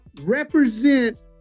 represent